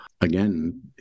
again